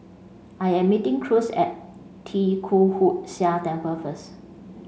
I am meeting Cruz at Tee Kwee Hood Sia Temple first